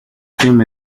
film